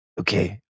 okay